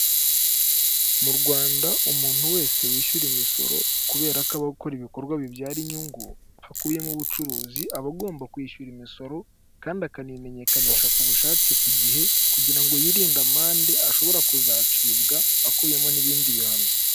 Mu Rwanda umuntu wese wishyura imisoro kubera ko abakora ibikorwa bibyara inyungu, hakubiyemo ubucuruzi, aba agomba kwishyura imisoro kandi akanimenyekanisha ku bushake ku gihe, kugira ngo yirinde amande ashobora kuzacibwa akubiyemo n'ibindi bihano.